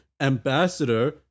Ambassador